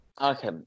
Okay